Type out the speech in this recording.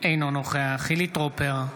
אינו נוכח חילי טרופר,